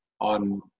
on